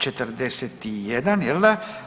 41 jel' da?